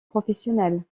professionnelle